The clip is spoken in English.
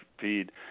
feed